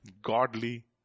Godly